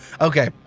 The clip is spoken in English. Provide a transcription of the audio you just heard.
Okay